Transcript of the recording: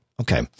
Okay